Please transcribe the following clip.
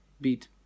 beat